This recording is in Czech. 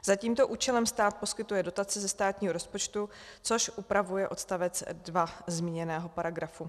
Za tímto účelem stát poskytuje dotace ze státního rozpočtu, což upravuje odstavec 2 zmíněného paragrafu.